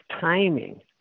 timing